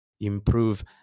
improve